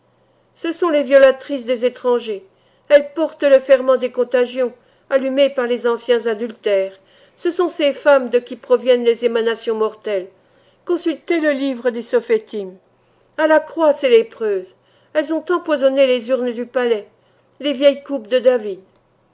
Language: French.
ce sont les violatrices des étrangers elles portent le ferment des contagions allumé par les anciens adultères ce sont ces femmes de qui proviennent les émanations mortelles consultez le livre des sophêtim à la croix ces lépreuses elles ont empoisonné les urnes du palais les vieilles coupes de david